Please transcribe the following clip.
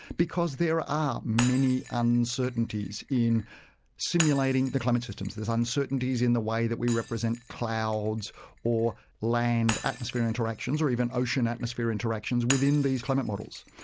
because there are many uncertainties in simulating the climate systems. there's uncertainties in the way that we represent clouds or land-atmosphere interactions, or even ocean-atmosphere interactions, within these climate models.